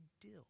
deal